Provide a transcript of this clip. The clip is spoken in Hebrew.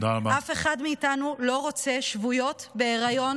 אף אחד מאיתנו לא רוצה שבויות בהיריון